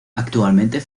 actualmente